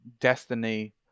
destiny